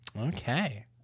Okay